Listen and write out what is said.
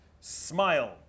smile